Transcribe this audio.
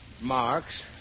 Marx